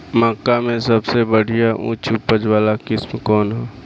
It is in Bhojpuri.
मक्का में सबसे बढ़िया उच्च उपज वाला किस्म कौन ह?